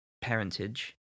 parentage